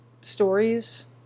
stories